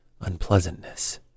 unpleasantness